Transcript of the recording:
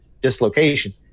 dislocation